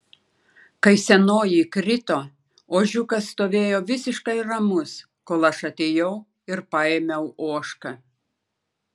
kai senoji krito ožiukas stovėjo visiškai ramus kol aš atėjau ir paėmiau ožką